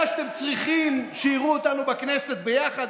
אני יודע שאתם צריכים שיראו אותנו בכנסת ביחד,